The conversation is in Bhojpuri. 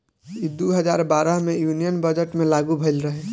ई दू हजार बारह मे यूनियन बजट मे लागू भईल रहे